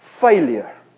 failure